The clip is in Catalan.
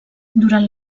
durant